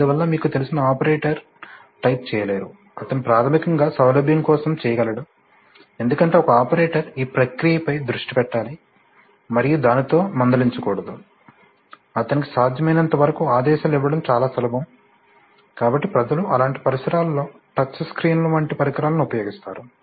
అందువల్ల మీకు తెలిసిన ఆపరేటర్ టైప్ చేయలేరు అతను ప్రాథమికంగా సౌలభ్యం కోసం చేయగలడు ఎందుకంటే ఒక ఆపరేటర్ ఈ ప్రక్రియపై దృష్టి పెట్టాలి మరియు దానితో మందలించకూడదు అతనికి సాధ్యమైనంతవరకు ఆదేశాలను ఇవ్వడం చాలా సులభం కాబట్టి ప్రజలు అలాంటి పరిసరాలలో టచ్ స్క్రీన్ల వంటి పరికరాలను ఉపయోగిస్తారు